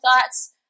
thoughts